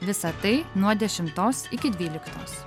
visa tai nuo dešimtos iki dvyliktos